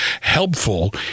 helpful